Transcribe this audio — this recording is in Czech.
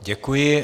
Děkuji.